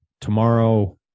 tomorrow